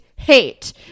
Hate